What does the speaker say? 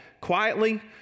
quietly